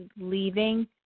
leaving